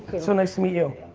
so nice to meet you.